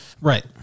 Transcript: Right